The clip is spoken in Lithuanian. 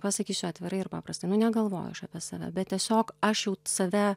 pasakysiu atvirai ir paprastai nu negalvoju aš apie save bet tiesiog aš jau save